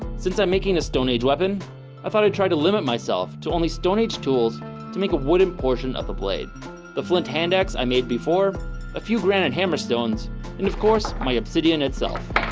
since i'm making a stone age weapon i thought i'd try to limit myself to only stone age tools to make a wooden portion of the blade the flint hand axe i made before a few granite hammer stones and of course my obsidian itself